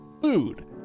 food